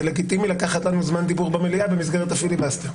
זה לגיטימי לקחת לנו זמן דיבור במליאה במסגרת הפיליבסטר?